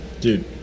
Dude